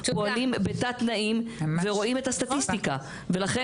פועלים בתת-תנאים ורואים את הסטטיסטיקה ולכן